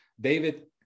David